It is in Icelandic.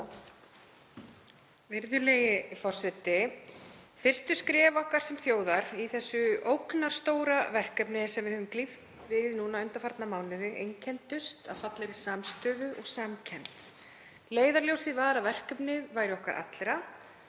Virðulegi forseti. Fyrstu skref okkar sem þjóðar í þessu ógnarstóra verkefni sem við höfum glímt við undanfarna mánuði einkenndust af fallegri samstöðu og samkennd. Leiðarljósið var að verkefnið væri okkar allra